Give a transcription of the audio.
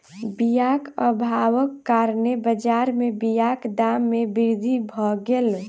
बीयाक अभावक कारणेँ बजार में बीयाक दाम में वृद्धि भअ गेल